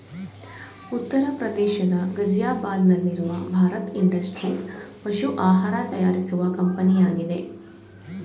ಉತ್ತರ ಪ್ರದೇಶದ ಗಾಜಿಯಾಬಾದ್ ನಲ್ಲಿರುವ ಭಾರತ್ ಇಂಡಸ್ಟ್ರೀಸ್ ಪಶು ಆಹಾರ ತಯಾರಿಸುವ ಕಂಪನಿಯಾಗಿದೆ